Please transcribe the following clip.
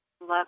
Love